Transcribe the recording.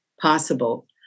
possible